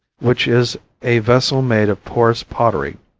which is a vessel made of porous pottery,